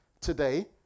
today